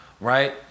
right